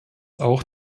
auch